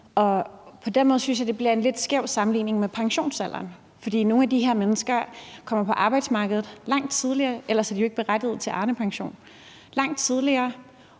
Og på den måde skal synes jeg at det bliver en lidt skæv sammenligning i forhold til pensionsalderen, for nogle af de her mennesker kommer på arbejdsmarkedet langt tidligere – ellers er de jo ikke berettiget til Arnepension – og de